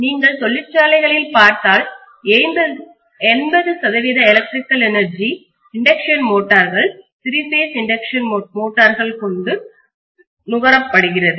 நீங்கள் தொழிற்சாலைகளை பார்த்தால் 80 சதவீத எலக்ட்ரிக்கல் எனர்ஜி மின்சார ஆற்றல் இண்டக்ஷன் மோட்டார்கள் த்ரீ பேஸ் இண்டக்ஷன் மோட்டார்கள் கொண்டு நுகரப்படுகிறது